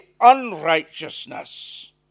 unrighteousness